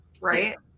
right